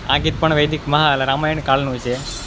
આ ગીત પણ વૈદિકમાં રામાયણ કાળનું છે